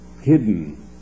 hidden